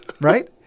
Right